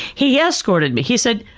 he yeah escorted me. he said,